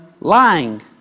lying